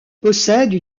possède